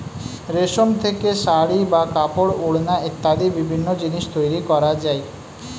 রেশম থেকে শাড়ী বা কাপড়, ওড়না ইত্যাদি বিভিন্ন জিনিস তৈরি করা যায়